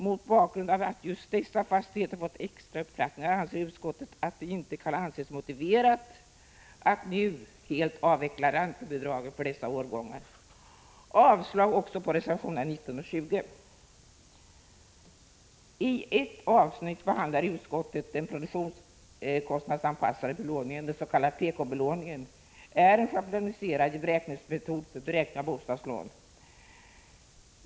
Mot bakgrund av att just dessa fastigheter fått extra upptrappningar anser utskottet att det inte kan anses motiverat att nu helt avveckla räntebidragen för dessa årgångar. Jag yrkar avslag på reservationerna 19 och 20. I ett avsnitt behandlar utskottet den produktionskostnadsanpassade belåningen. Den s.k. pk-belåningen är en schabloniserad beräkningsmetod för beräkning av bostadslån.